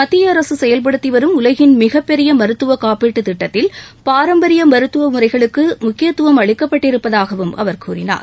மத்திய அரசு செயல்படுத்தி வரும் உலகின் மிகப்பெரிய மருத்துவக் காப்பீட்டுத் திட்டத்தில் பாரம்பரிய மருத்துவ முறைகளுக்கு முக்கியத்துவம் அளிக்கப்பட்டிருப்பதாகவும் அவர் கூறினார்